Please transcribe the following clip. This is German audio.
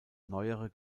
neuere